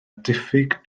diffyg